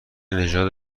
نژاد